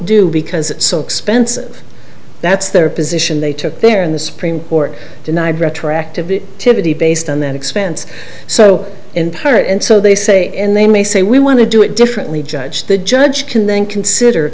do because it's so expensive that's their position they took there in the supreme court denied retroactive it to be based on that expense so in part and so they say and they may say we want to do it differently judge the judge can then consider